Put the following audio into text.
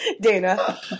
Dana